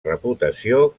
reputació